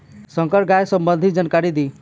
संकर गाय सबंधी जानकारी दी?